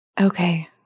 okay